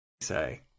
say